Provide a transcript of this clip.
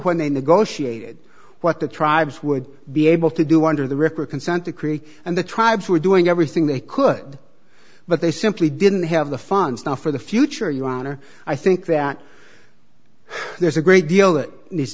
when they negotiated what the tribes would be able to do under the ripper consent decree and the tribes were doing everything they could but they simply didn't have the funds now for the future your honor i think that there's a great